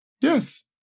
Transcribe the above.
Yes